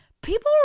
people